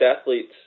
athletes